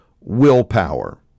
willpower